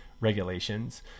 regulations